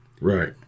right